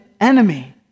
enemy